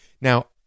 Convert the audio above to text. Now